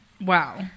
Wow